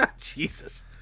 Jesus